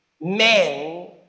men